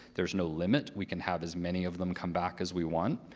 there's no limit. we can have as many of them come back as we want.